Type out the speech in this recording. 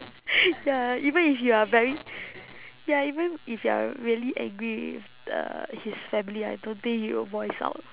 ya even if you are very ya even if you are really angry with uh his family I don't think you will voice out